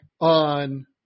on